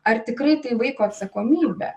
ar tikrai tai vaiko atsakomybė